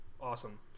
Awesome